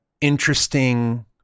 interesting